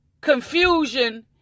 confusion